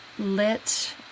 Lit